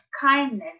kindness